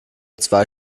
zwei